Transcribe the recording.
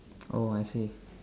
oh I see